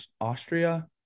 austria